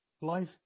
life